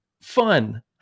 fun